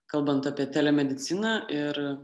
kalbant apie telemediciną ir